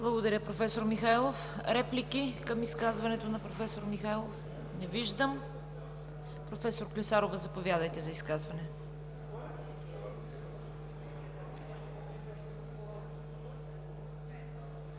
Благодаря, професор Михайлов. Реплики към изказването на професор Михайлов? Не виждам. Професор Клисарова, заповядайте за изказване.